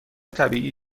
طبیعی